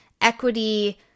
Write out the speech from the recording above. equity